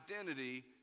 identity